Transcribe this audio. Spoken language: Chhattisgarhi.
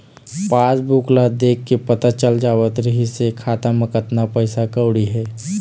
पासबूक ल देखके पता चल जावत रिहिस हे खाता म कतना पइसा कउड़ी हे